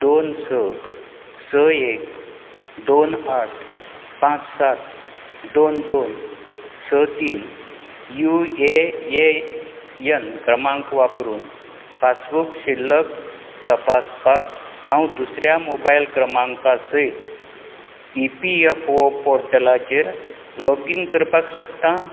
दोन स स एक दोन आठ पांच सात दोन दोन स तीन युएएन क्रमांक वापरून पासबुक शिल्लक तपासपाक हांव दुसऱ्या मोबायल क्रमांका सयत ईपीएफओ पोर्टलाचेर लॉगीन करपाक शकता